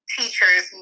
teachers